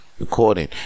recording